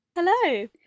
Hello